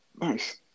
Nice